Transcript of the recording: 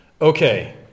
Okay